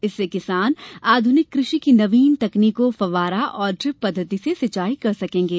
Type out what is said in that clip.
इससे किसान आधुनिक कृषि की नवीन तकनीकों फव्वारा और ड्रिप पद्धति से सिंचाई कर सकेंगे